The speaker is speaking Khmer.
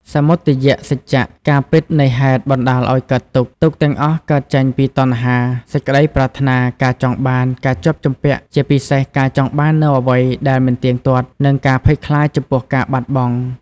សមុទយសច្ចៈ ការពិតនៃហេតុបណ្តាលឲ្យកើតទុក្ខ ទុក្ខទាំងអស់កើតចេញពីតណ្ហា សេចក្តីប្រាថ្នា ការចង់បាន ការជាប់ជំពាក់ ជាពិសេសការចង់បាននូវអ្វីដែលមិនទៀងទាត់ និងការភ័យខ្លាចចំពោះការបាត់បង់។